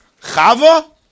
Chava